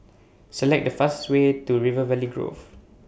Select The fastest Way to River Valley Grove